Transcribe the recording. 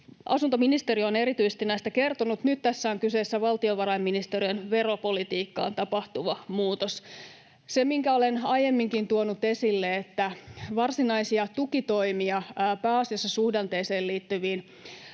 asuntoministeri on näistä kertonut. Nyt tässä on kyseessä valtiovarainministeriön veropolitiikassa tapahtuva muutos. Se, minkä olen aiemminkin tuonut esille, on se, että tämä hallitus ei ole tekemässä varsinaisia tukitoimia pääasiassa suhdanteeseen liittyviin